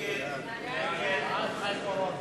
אני מוותרת על השאר.